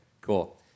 cool